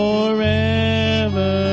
Forever